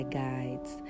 guides